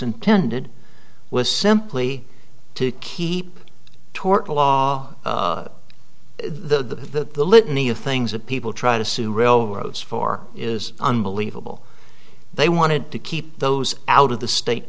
intended was simply to keep tort law the the litany of things that people try to sue railroads for is unbelievable they wanted to keep those out of the state